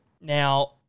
Now